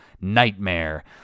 Nightmare